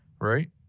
right